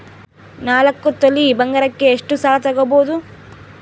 ನಾಲ್ಕು ತೊಲಿ ಬಂಗಾರಕ್ಕೆ ಎಷ್ಟು ಸಾಲ ತಗಬೋದು?